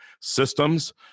systems